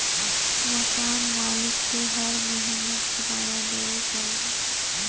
मकान मालिक के हरे महीना किराया देवे पड़ऽला